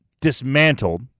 dismantled